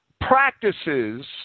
practices